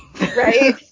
right